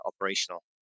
operational